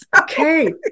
Okay